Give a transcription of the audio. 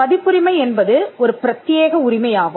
பதிப்புரிமை என்பது ஒரு பிரத்தியேக உரிமையாகும்